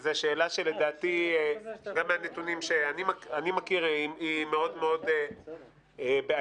שאלה שלדעתי גם מהנתונים שאני מכיר היא מאוד-מאוד בעייתית: